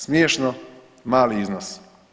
Smiješno mali iznos.